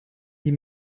die